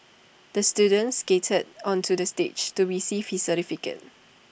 the students skated onto the stage to receive his certificate